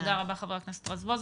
תודה רבה חבר הכנסת רזבוזוב.